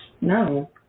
No